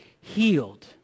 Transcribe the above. healed